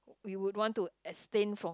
you would want to abstain from